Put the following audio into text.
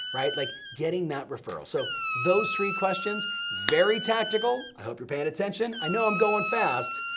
right, like getting that referral. so, those three questions, very tactical, i hope you're payin' attention, i know i'm goin' fast.